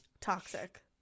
Toxic